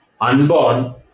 unborn